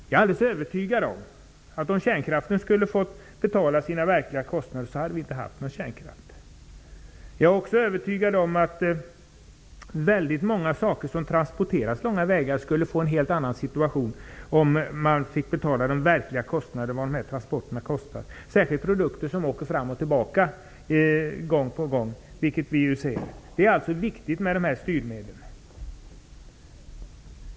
Jag är alldeles övertygad om, att om kärnkraften skulle få betala sina verkliga kostnader hade vi inte haft någon kärnkraft. Jag är också övertygad om att väldigt många saker som transporteras långa vägar skulle få ett helt annat pris om man fick lov att betala den verkliga kostnaden för transporterna. Det gäller särskilt produkter som åker fram och tillbaka gång på gång, vilket vi ser att en del gör. Styrmedlen är alltså viktiga.